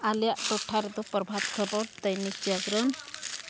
ᱟᱞᱮᱭᱟᱜ ᱴᱚᱴᱷᱟ ᱨᱮᱫᱚ ᱯᱨᱚᱵᱷᱟᱛ ᱠᱷᱚᱵᱚᱨ ᱫᱳᱭᱱᱤᱠ ᱡᱟᱜᱚᱨᱚᱱ